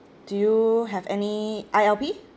do you have any I_L_P